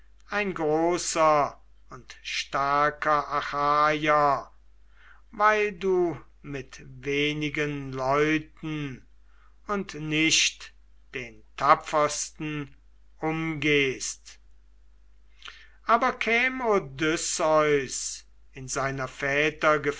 ein großer und starker achaier weil du mit wenigen leuten und nicht den tapfersten umgehst aber käm odysseus in seiner